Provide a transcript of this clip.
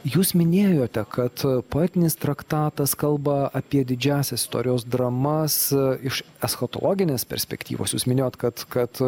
jūs minėjote kad poetinis traktatas kalba apie didžiąsias istorijos dramas iš eschatologinės perspektyvos jūs minėjot kad kad